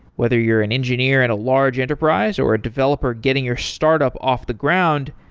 whether you're an engineer at a large enterprise, or a developer getting your startup off the ground,